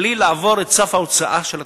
בלי לעבור את סף ההוצאה של התקציב.